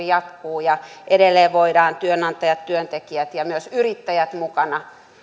jatkuu ja edelleen voidaan työnantajat työntekijät ja myös yrittäjät mukana